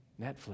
Netflix